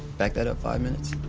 back that up five minutes.